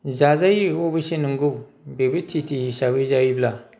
जाजायो अबयसे नंगौ बेबो तिथि हिसाबै जायोब्ला